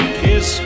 kiss